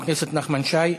חבר הכנסת נחמן שי.